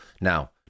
Now